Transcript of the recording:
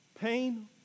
pain